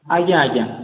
ଆଜ୍ଞା ଆଜ୍ଞା